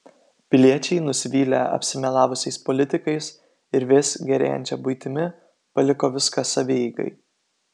piliečiai nusivylę apsimelavusiais politikais ir vis gerėjančia buitimi paliko viską savieigai